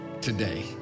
today